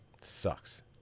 Sucks